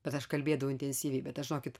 bet aš kalbėdavau intensyviai bet aš žinokit